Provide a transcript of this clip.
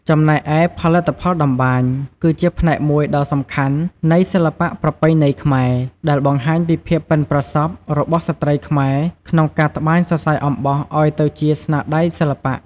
ចំណែកឯផលិតផលតម្បាញ គឺជាផ្នែកមួយដ៏សំខាន់នៃសិល្បៈប្រពៃណីខ្មែរ ដែលបង្ហាញពីភាពប៉ិនប្រសប់របស់ស្ត្រីខ្មែរក្នុងការត្បាញសរសៃអំបោះឱ្យទៅជាស្នាដៃសិល្បៈ។